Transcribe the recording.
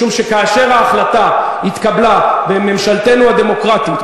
משום שכאשר ההחלטה התקבלה בממשלתנו הדמוקרטית,